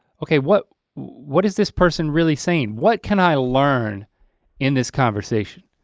okay, what what is this person really saying? what can i learn in this conversation?